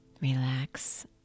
Relax